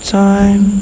time